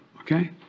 okay